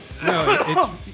No